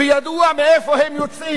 וידוע מאיפה הם יוצאים.